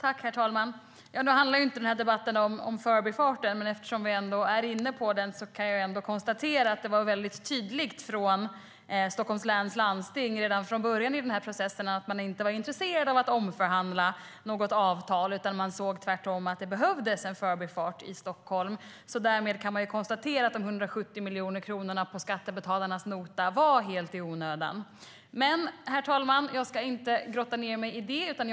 Herr talman! Nu handlar ju den här debatten inte om Förbifarten, men eftersom vi är inne på den kan jag ändå konstatera att det var väldigt tydligt från Stockholms läns landsting redan från början i den här processen att man inte var intresserade av att omförhandla något avtal, utan man såg tvärtom att Stockholm behövde Förbifarten. Därmed kan man alltså konstatera att de 170 miljoner kronorna på skattebetalarnas nota var helt i onödan. Jag ska dock inte grotta ned mig i detta, herr talman.